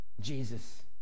jesus